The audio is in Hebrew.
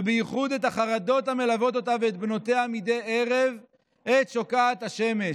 ובייחוד את החרדות המלוות אותה ואת בנותיה מדי ערב עת שוקעת השמש.